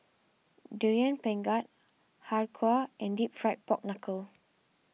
Durian Pengat Har Kow and Deep Fried Pork Knuckle